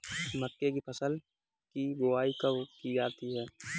मक्के की फसल की बुआई कब की जाती है?